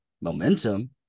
momentum